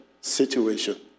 situation